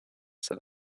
said